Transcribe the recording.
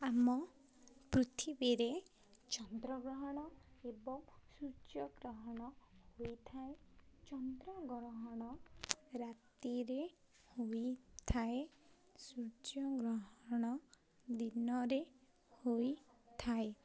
ଆମ ପୃଥିବୀରେ ଚନ୍ଦ୍ରଗ୍ରହଣ ଏବଂ ସୂର୍ଯ୍ୟଗ୍ରହଣ ହୋଇଥାଏ ଚନ୍ଦ୍ରଗ୍ରହଣ ରାତିରେ ହୋଇଥାଏ ସୂର୍ଯ୍ୟଗ୍ରହଣ ଦିନରେ ହୋଇଥାଏ